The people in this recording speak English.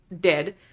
dead